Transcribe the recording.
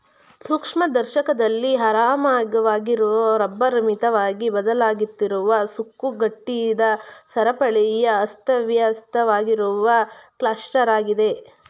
ಸೂಕ್ಷ್ಮದರ್ಶಕದಲ್ಲಿ ಆರಾಮವಾಗಿರೊ ರಬ್ಬರ್ ಮಿತವಾಗಿ ಬದಲಾಗುತ್ತಿರುವ ಸುಕ್ಕುಗಟ್ಟಿದ ಸರಪಳಿಯ ಅಸ್ತವ್ಯಸ್ತವಾಗಿರುವ ಕ್ಲಸ್ಟರಾಗಿದೆ